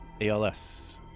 ALS